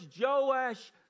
Joash